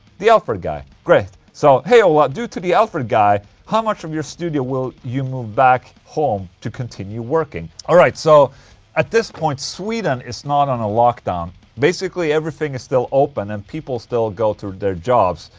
the alfred guy, great so. hey ola, due to the alfred guy. how much of your studio will you move back home to continue working? alright, so at this point sweden is not on a lockdown basically, everything is still open and people still go to their jobs.